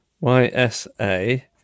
Y-S-A